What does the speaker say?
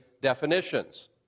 definitions